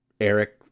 Eric